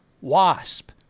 Wasp